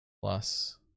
plus